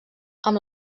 amb